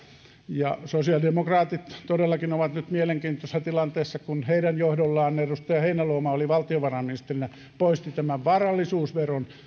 ja sosiaalidemokraatit todellakin ovat nyt mielenkiintoisessa tilanteessa heidän ollessaan johdossa kun edustaja heinäluoma oli valtiovarainministerinä hän poisti varallisuusveron